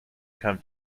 come